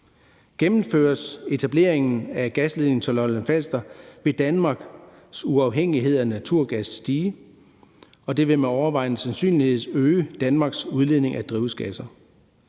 Gennemføres etableringen af gasledningen til Lolland-Falster, vil Danmarks uafhængighed af naturgas stige, og det vil med overvejende sandsynlighed øge Danmarks udledning af drivhusgasser.